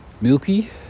milky